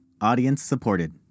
audience-supported